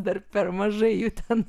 dar per mažai jų ten